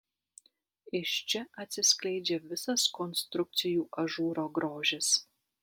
iš čia atsiskleidžia visas konstrukcijų ažūro grožis